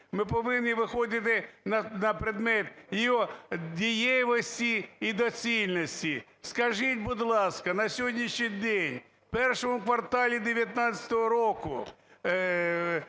ми повинні виходити на предмет його дієвості і доцільності. Скажіть, будь ласка, на сьогоднішній день в І кварталі 19-го року,